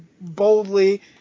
boldly